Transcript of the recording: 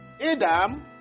Adam